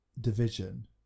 division